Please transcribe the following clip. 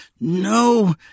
No